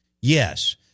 Yes